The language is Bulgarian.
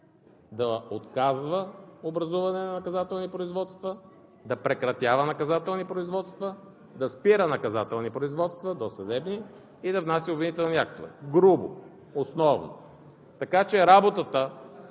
да отказва образуване на наказателни производства, да прекратява наказателни производства, да спира досъдебни наказателни производства и да внася обвинителни актове. Грубо, основно. Така че работата